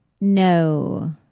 No